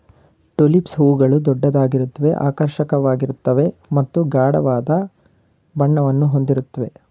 tulips ಹೂಗಳು ದೊಡ್ಡದಾಗಿರುತ್ವೆ ಆಕರ್ಷಕವಾಗಿರ್ತವೆ ಮತ್ತು ಗಾಢವಾದ ಬಣ್ಣವನ್ನು ಹೊಂದಿರುತ್ವೆ